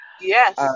Yes